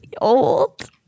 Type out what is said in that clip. old